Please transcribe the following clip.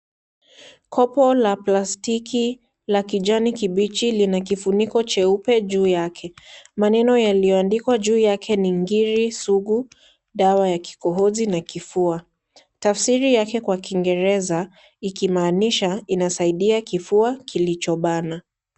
Kopo la plastiki la kijani kibichi lina kifuniko cheupe juu yake. Maneno yaliyoandikwa juu yake ni ngiri sugu, dawa ya kikohozi na kifua. Tafsiri yake kwa kingereza, ikimaanisha, inasaidia kifua kilichobana.